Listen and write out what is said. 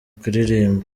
kuririmba